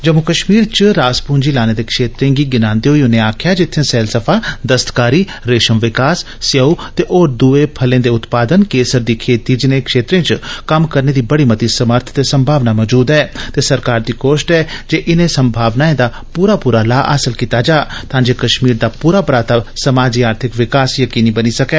जम्मू कश्मीर च रास पूंजी लाने दे क्षेत्रै गी गिनांदे होई उनें आक्खेआ जे इत्थे सैलसफा दस्तकारी रेशम विकास सेअऊ ते होर दूए फलें दे उत्पादन केसर दी खेती जनेए क्षेत्रें च कममक रने दी बड़ी मती समर्थ ते संभावना मजूद ऐ ते सरकार दी कोश्त ऐ जे इनें संभावनाएं दा पूरा लाह हासल कीता जा तां जे जम्मू कश्मीर दा पूरा पराता समाजी आर्थिक विकास यकीनी बनी सकै